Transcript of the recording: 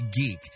Geek